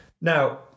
Now